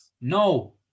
No